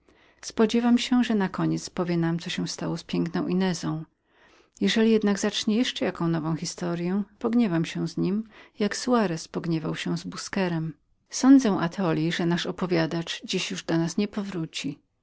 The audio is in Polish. spodziewam się że nakoniec powie nam co się stało z piękną inezą jeżeli jednak jeszcze wetknie jaką nową historyę pogniewam się z nim jako soarez pogniewał się z busquerem sądzę atoli że nasz opowiadacz dziś już do nas nie powróci